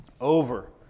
Over